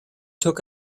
took